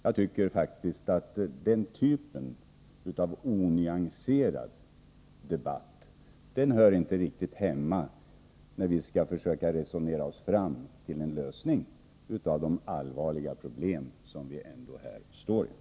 Jag tycker faktiskt att den typen av onyanserad debatt inte riktigt hör hemma i detta sammanhang, när vi skall försöka resonera oss fram till en lösning av de allvarliga problem som vi här står inför.